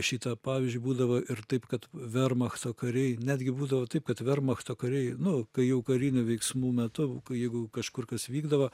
šita pavyzdžiui būdava ir taip kad vermachto kariai netgi būdavo taip kad vermachto kariai nu kai jau karinių veiksmų metu jeigu kažkur kas vykdava